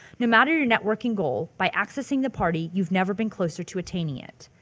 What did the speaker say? no matter your networking goal by accessing the party you've never been closer to attaining it.